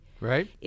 Right